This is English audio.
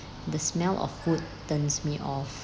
the smell of food turns me off